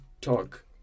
talk